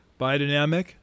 biodynamic